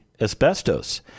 asbestos